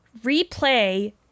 replay